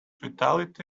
vitality